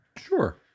Sure